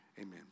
amen